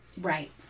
right